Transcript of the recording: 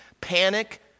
Panic